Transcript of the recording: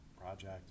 project